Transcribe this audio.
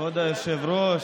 כבוד היושב-ראש,